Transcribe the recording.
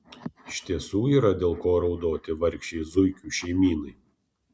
iš tiesų yra dėl ko raudoti vargšei zuikių šeimynai